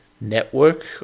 network